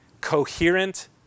coherent